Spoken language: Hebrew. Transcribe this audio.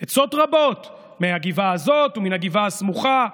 עצות רבות מן הגבעה הזאת ומן הגבעה הסמוכה.